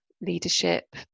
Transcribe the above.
leadership